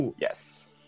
yes